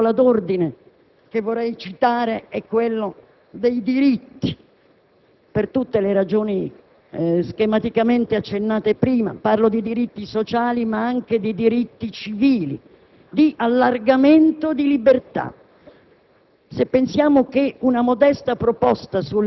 da rilanciare. La seconda parola d'ordine che vorrei citare è quella dei diritti, per tutte le ragioni schematicamente accennate prima; parlo di diritti sociali, ma anche di diritti civili, di allargamento di libertà.